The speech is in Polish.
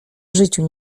życiu